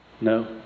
No